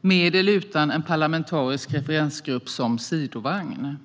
med eller utan en parlamentarisk referensgrupp som sidovagn.